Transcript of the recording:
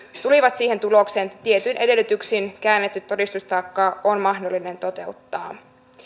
tulivat siihen tulokseen että tietyin edellytyksin käännetty todistustaakka on mahdollinen toteuttaa